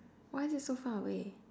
why is it so far away